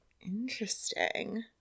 Interesting